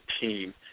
team